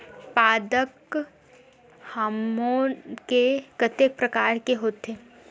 पादप हामोन के कतेक प्रकार के होथे?